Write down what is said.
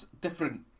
different